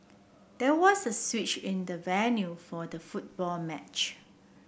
there was a switch in the venue for the football match